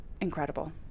Incredible